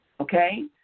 okay